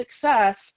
success